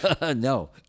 No